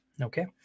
okay